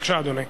בבקשה, אדוני.